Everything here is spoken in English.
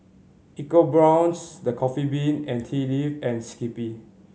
EcoBrown's The Coffee Bean and Tea Leaf and Skippy